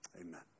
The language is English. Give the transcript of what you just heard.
amen